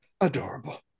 adorable